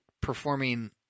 performing –